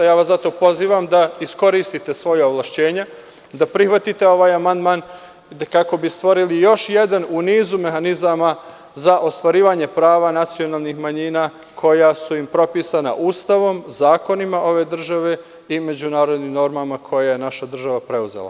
Ja vas zato pozivam da iskoristite svoja ovlašćenja da prihvatite ovaj amandman kako bi stvorili još jedan u nizu mehanizama za ostvarivanje prava nacionalnih manjina koja su im propisana Ustavom, zakonima ove države i međunarodnim normama koje je naša država preuzela.